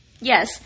yes